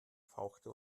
fauchte